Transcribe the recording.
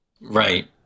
Right